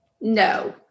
no